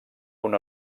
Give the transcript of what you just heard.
una